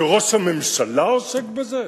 ראש הממשלה עוסק בזה?